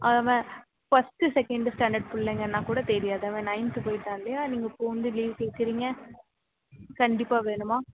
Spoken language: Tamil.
அத மே ஃபர்ஸ்ட்டு செகண்ட்டு ஸ்டாண்டர்டு பிள்ளைங்கன்னா கூட தெரியாது அவன் நைன்த் போயிட்டான் இல்லையா நீங்கள் இப்போ வந்து லீவ் கேட்குறீங்க கண்டிப்பாக வேணுமா